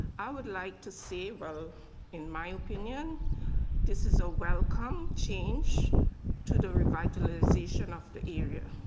i would like to see in my opinion this is a welcome change to the revitalization of the area.